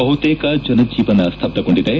ಬಹುತೇಕ ಜನಜೀವನ ಸ್ತಬ್ದಗೊಂಡಿದೆ